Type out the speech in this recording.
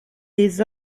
les